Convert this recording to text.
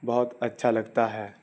بہت اچھا لگتا ہے